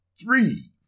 three